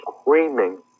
screaming